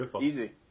easy